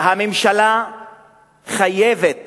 שהממשלה חייבת